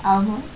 ஆமா:aamaa